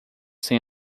sem